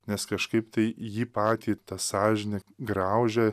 nes kažkaip tai jį patį ta sąžinė graužia